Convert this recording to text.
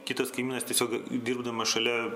kitos kaimynės tiesiog dirbdamas šalia